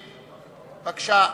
בבקשה.